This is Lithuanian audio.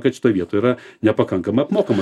kad šitoj vietoj yra nepakankamai apmokama